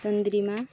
Tandrima